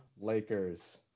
Lakers